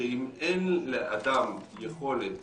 שאם אין לאדם יכולת